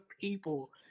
people